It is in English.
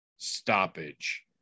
Stoppage